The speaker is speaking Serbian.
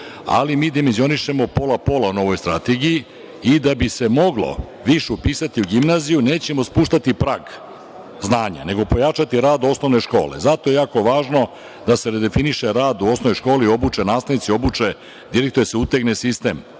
ali mi dimenzionišemo pola-pola na ovoj strategiji i da bi se moglo više upisati u gimnaziju, nećemo spuštati prag znanja nego pojačati rad osnovne škole. Zato je jako važno da se redefiniše rad u osnovnoj školi, obuče nastavnici, obuče direktori, da se utegne sistem